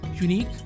Unique